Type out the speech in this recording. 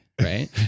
right